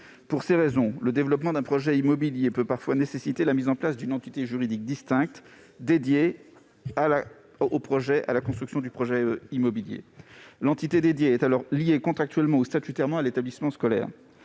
Pour ces raisons, le développement d'un projet immobilier peut parfois nécessiter la mise en place d'une entité juridique distincte. Cette entité est alors liée contractuellement ou statutairement à l'établissement scolaire.